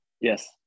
Yes